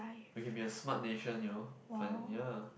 we can be a smart nation you know fine ya